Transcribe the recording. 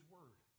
Word